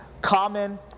common